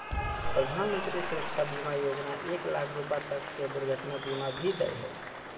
प्रधानमंत्री सुरक्षा बीमा योजना एक लाख रुपा तक के दुर्घटना बीमा भी दे हइ